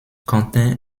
quentin